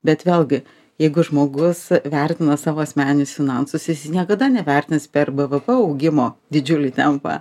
bet vėlgi jeigu žmogus vertina savo asmeninius finansus jis niekada nevertins per bvp augimo didžiulį tempą